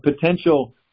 potential